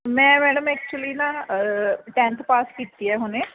ਮੈਂ madam actually ਨਾ tenth pass ਕੀਤੀ ਆ ਹੁਣੇ